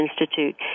Institute